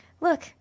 Look